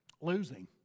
losing